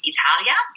Italia